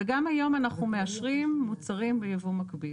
גם היום אנחנו מאשרים מוצרים ביבוא מקביל.